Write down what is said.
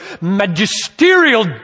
magisterial